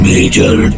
Major